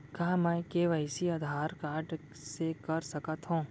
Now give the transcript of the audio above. का मैं KYC Aadhaar card से कर सकत हो?